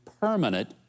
permanent